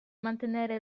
mantenere